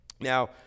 Now